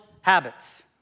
habits